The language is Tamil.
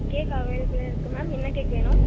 கேக் அவைலபிளாக இருக்குது மேம் என்ன கேக் வேணும்